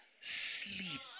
sleep